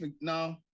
No